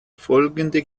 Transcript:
folgende